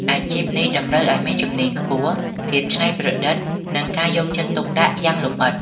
អាជីពនេះតម្រូវឱ្យមានជំនាញខ្ពស់ ភាពច្នៃប្រឌិត និងការយកចិត្តទុកដាក់យ៉ាងលម្អិត។